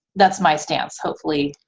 that's my stance, hopefully.